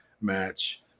match –